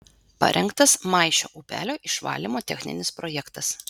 parengtas maišio upelio išvalymo techninis projektas